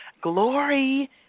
Glory